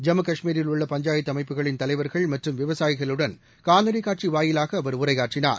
ஜம்மு காஷ்மீரில் உள்ள பஞ்சாயத்து அமைப்புகளின் தலைவர்கள் மற்றும் விவசாயிகளுடன் காணொலிக் காட்சி வாயிலாக அவர் உரையாற்றினார்